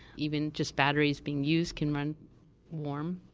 even just batteries being used can run warm.